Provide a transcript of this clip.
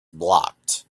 blocked